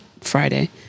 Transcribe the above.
Friday